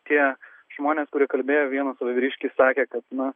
tie žmonės kurie kalbėjo vienas va vyriškis sakė kad na